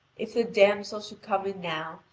if the damsel should come in now,